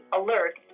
alert